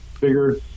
bigger